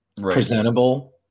presentable